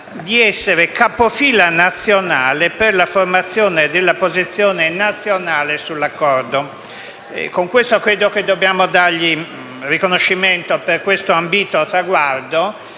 di essere capofila per la formazione della posizione nazionale sull'accordo. Credo che dobbiamo dargli riconoscimento per questo ambito traguardo;